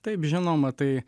taip žinoma tai